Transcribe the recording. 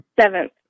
Seventh